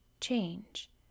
change